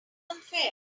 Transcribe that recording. unfair